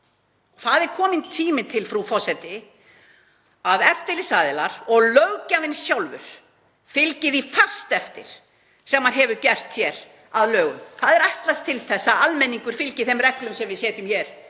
Það er kominn tími til, frú forseti, að eftirlitsaðilar og löggjafinn sjálfur fylgi því fast eftir sem hann hefur gert hér að lögum. Það er ætlast til þess að almenningur fylgi þeim reglum sem við setjum hér.